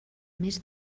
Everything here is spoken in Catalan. més